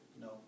No